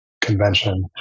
convention